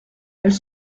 elles